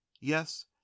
yes